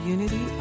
Unity